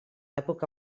època